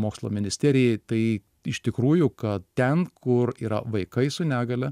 mokslo ministerijai tai iš tikrųjų kad ten kur yra vaikai su negalia